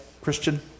Christian